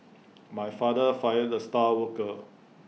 my father fired the star worker